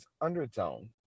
undertone